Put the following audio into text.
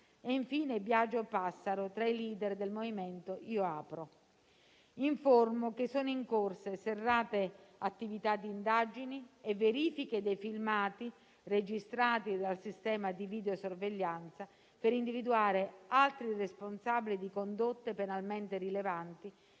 e, infine, Biagio Passaro, tra i *leader* del movimento IoApro. Informo che sono in corso serrate attività di indagine e verifiche dei filmati registrati dal sistema di videosorveglianza per individuare altri responsabili di condotte penalmente rilevanti